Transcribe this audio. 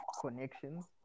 connections